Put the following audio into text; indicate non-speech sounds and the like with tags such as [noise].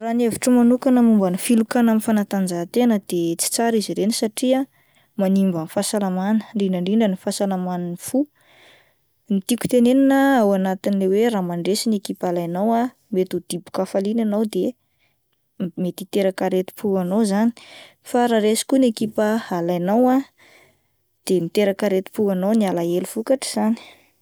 Raha ny hevitro manokana momban'ny filokana amin'ny fanatanjahantena dia tsy tsara izy ireny ah fa manimba ny fahasalamana indrindra indrindra ny fahasalaman'ny fo, ny tiko tenenina ao anatin'le hoe raha mandresy ny ekipa alainao ah mety ho diboka hafaliana ianao de me- mety hiteraka aretim-po ho anao izany, fa raha resy koa ny ekipa alainao ah [noise] de miteraka aretim-po ho anao ny alahelo vokatr'izany.